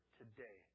today